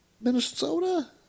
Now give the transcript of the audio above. Minnesota